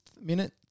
minute